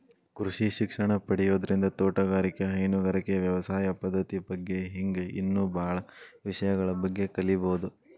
ಕೃಷಿ ಶಿಕ್ಷಣ ಪಡಿಯೋದ್ರಿಂದ ತೋಟಗಾರಿಕೆ, ಹೈನುಗಾರಿಕೆ, ವ್ಯವಸಾಯ ಪದ್ದತಿ ಬಗ್ಗೆ ಹಿಂಗ್ ಇನ್ನೂ ಬಾಳ ವಿಷಯಗಳ ಬಗ್ಗೆ ಕಲೇಬೋದು